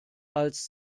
als